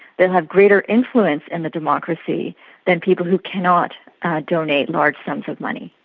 they'll have greater influence in the democracy than people who cannot donate large sums of money.